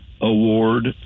award